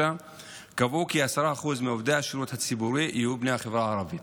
נקבע כי 10% מעובדי השירות הציבורי יהיו בני החברה הערבית.